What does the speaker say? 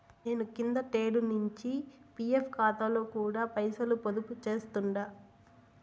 నేను కిందటేడు నించి పీఎఫ్ కాతాలో కూడా పైసలు పొదుపు చేస్తుండా